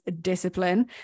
discipline